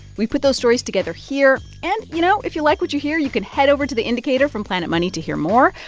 we put those stories together here. and, you know, if you like what you hear, you can head over to the indicator from planet money to hear more,